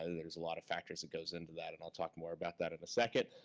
ah there's a lot of factors that goes into that, and i'll talk more about that in a second.